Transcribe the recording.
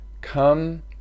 Come